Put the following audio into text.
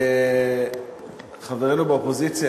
חברינו באופוזיציה,